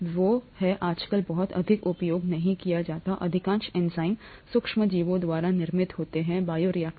वो हैं आजकल बहुत अधिक उपयोग नहीं किया जाता है अधिकांश एंजाइम सूक्ष्मजीवों द्वारा निर्मित होते हैं बायोरिएक्टर